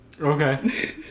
Okay